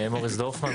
מוריס דורפמן,